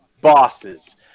bosses